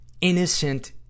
innocent